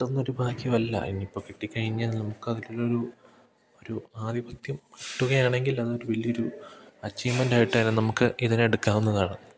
കിട്ടുന്നൊരു ഭാഗ്യമല്ല ഇന്നിപ്പം കിട്ടിക്കഴിഞ്ഞാൽ നമുക്കതിലുള്ളൊരു ഒരു ആധിപത്യം കിട്ടുകയാണെങ്കിലതൊരു വലിയൊരു അച്ചീവ്മെൻ്റായിട്ടായാലും നമുക്ക് ഇതിനെടുക്കാവുന്നതാണ്